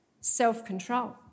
self-control